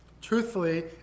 Truthfully